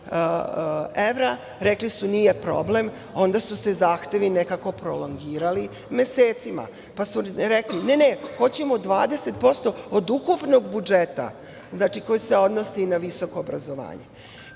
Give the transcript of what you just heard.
evra rekli su nije problem, onda su se zahtevi nekako prolongirali mesecima, pa su rekli - ne, ne hoćemo 20% od ukupnog budžeta koji se odnosi na visoko obrazovanje,